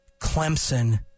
Clemson